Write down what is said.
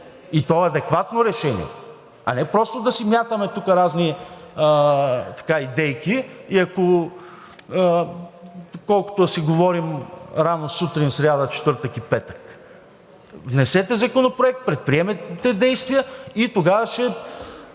и то адекватно решение, а не просто да си мятаме тук разни идейки, колкото да си говорим рано сутрин в сряда, четвъртък и петък, внесете законопроект, предприемайте действия и тогава